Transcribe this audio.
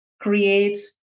creates